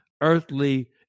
earthly